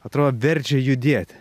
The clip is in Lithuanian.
atrodo verčia judėt